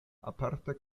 aparte